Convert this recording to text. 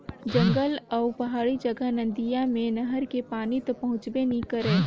जंगल अउ पहाड़ी जघा नदिया मे नहर के पानी तो पहुंचबे नइ करय